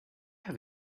have